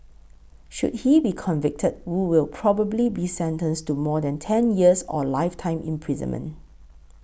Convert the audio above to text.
should he be convicted Wu will probably be sentenced to more than ten years or lifetime imprisonment